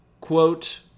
quote